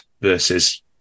versus